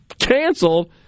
canceled